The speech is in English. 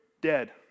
dead